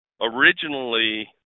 originally